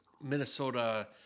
Minnesota